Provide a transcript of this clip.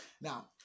now